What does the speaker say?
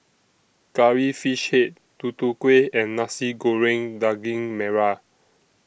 Curry Fish Head Tutu Kueh and Nasi Goreng Daging Merah